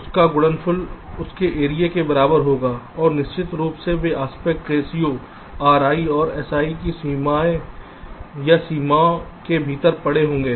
उनका गुणनफल उनके एरिया के बराबर होगा और निश्चित रूप से वे आस्पेक्ट रेश्यो ri और si की सीमा या सीमा के भीतर पड़े होंगे